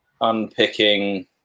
unpicking